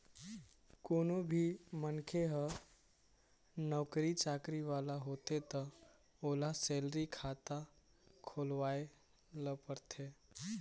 कोनो भी मनखे ह नउकरी चाकरी वाला होथे त ओला सेलरी खाता खोलवाए ल परथे